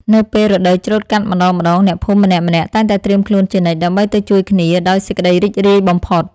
នៅពេលរដូវច្រូតកាត់ម្ដងៗអ្នកភូមិម្នាក់ៗតែងតែត្រៀមខ្លួនជានិច្ច ដើម្បីទៅជួយគ្នាដោយសេចក្ដីរីករាយបំផុត។